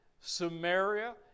Samaria